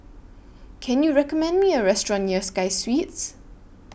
Can YOU recommend Me A Restaurant near Sky Suites